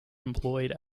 employed